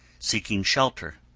seeking shelter,